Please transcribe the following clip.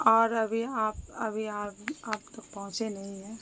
اور ابھی آپ ابھی آپ آپ تو پہنچے نہیں ہیں